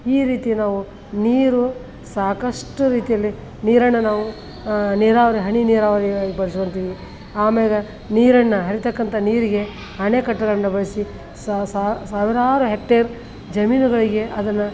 ಈ ರೀತಿ ನಾವು ನೀರು ಸಾಕಷ್ಟು ರೀತಿಯಲ್ಲಿ ನೀರನ್ನು ನಾವು ನೀರಾವರಿ ಹನಿ ನೀರಾವರಿಗಳಾಗಿ ಬಳ್ಸ್ಕೊಂತಿವಿ ಆಮ್ಯಾಲ ನೀರನ್ನು ಹರೀತಕ್ಕಂಥ ನೀರಿಗೆ ಅಣೆಕಟ್ಟುಗಳನ್ನ ಬಳಸಿ ಸಾವಿರಾರು ಹೆಕ್ಟೇರ್ ಜಮೀನುಗಳಿಗೆ ಅದನ್ನು